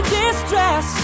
distress